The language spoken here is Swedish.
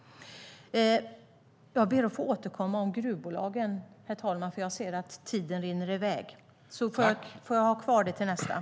Jag ber att få återkomma i nästa replik om gruvbolagen, herr talman, för jag ser att tiden rinner i väg.